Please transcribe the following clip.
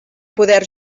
poder